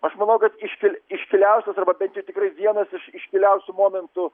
aš manau kad iškil iškiliausias arba bent jau tikrai vienas iš iškiliausių momentų